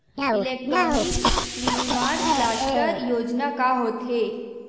Electronic विनीर्माण cluster योजना का होथे?